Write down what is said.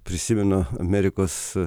prisimenu amerikos